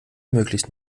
möglichst